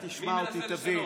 תכף תשמע אותי, תבין.